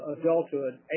adulthood